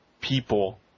people